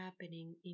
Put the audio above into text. happening